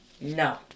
No